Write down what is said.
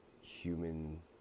human